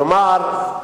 כלומר,